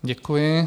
Děkuji.